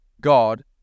God